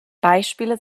beispiele